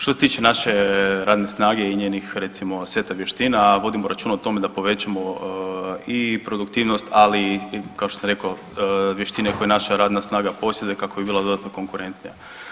Što se tiče naše radne snage i njenih recimo seta vještina, a vodimo računa o tome da povećamo i produktivnost, ali i kao što sam rekao vještine koje naša radna snaga posjeduje kako bi bila dodatno konkurentnija.